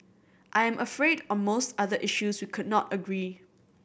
I am afraid on most other issues could not agree